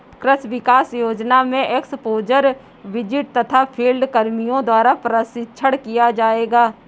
कृषि विकास योजना में एक्स्पोज़र विजिट तथा फील्ड कर्मियों द्वारा प्रशिक्षण किया जाएगा